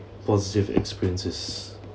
positive experiences